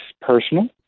personal